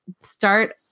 start